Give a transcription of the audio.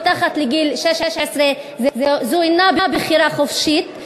מתחת לגיל 16 אינה בחירה חופשית,